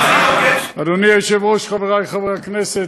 אדוני היושב-ראש, חברי חברי הכנסת,